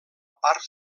part